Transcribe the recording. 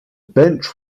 bench